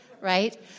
right